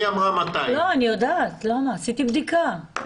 נראה לי מצב די נדיר בשירות הלאומי.